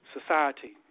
society